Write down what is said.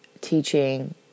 teaching